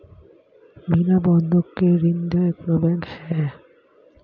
বিনা বন্ধক কে ঋণ দেয় কোন ব্যাংক?